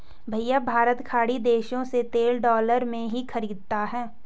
भैया भारत खाड़ी देशों से तेल डॉलर में ही खरीदता है